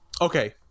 Okay